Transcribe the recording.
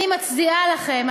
אני מצדיעה לכם,